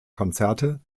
konzerte